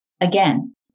Again